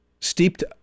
steeped